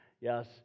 Yes